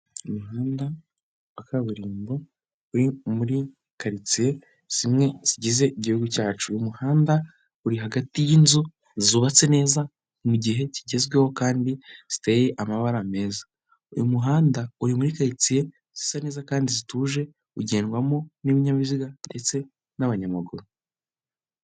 Umuhanda wa kaburimbo uri muri karitsiye zimwe zigize igihugu cyacu, uyu umuhanda uri hagati y'inzu zubatse neza mu gihe kigezweho kandi ziteye amabara meza. Uyu muhanda uri muri karitsiye zisa neza kandi zituje ugendwamo n'ibinyabiziga ndetse n'abanyamaguru.